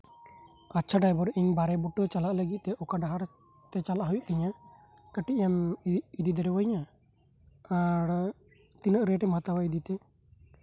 ᱟᱪᱪᱷᱟ ᱰᱨᱟᱭᱵᱷᱟᱨ ᱤᱧ ᱵᱟᱲᱮ ᱵᱩᱴᱟᱹᱛᱮ ᱪᱟᱞᱟᱜ ᱞᱟᱹᱜᱤᱛ ᱛᱮ ᱚᱠᱟ ᱰᱟᱦᱟᱨ ᱛᱮ ᱪᱟᱞᱟᱜ ᱦᱳᱭᱳᱜ ᱛᱤᱧᱟ ᱠᱟᱹᱴᱤᱡ ᱮᱢ ᱤᱫᱤ ᱫᱟᱲᱮᱭᱟᱹᱧᱟ ᱟᱨ ᱛᱤᱱᱟᱹᱜ ᱨᱮᱴ ᱮᱢ ᱦᱟᱛᱟᱣᱟ ᱤᱫᱤ ᱛᱮ